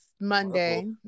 Monday